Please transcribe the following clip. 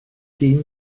dyn